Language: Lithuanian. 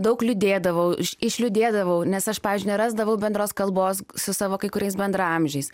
daug liūdėdavau išliūdėdavau nes aš pavyzdžiui nerasdavau bendros kalbos su savo kai kuriais bendraamžiais